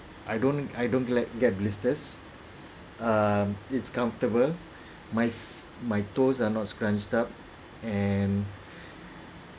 I don't I don't get get blisters uh it's comfortable my my toes are not scrunched up and